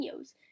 videos